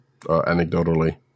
anecdotally